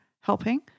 helping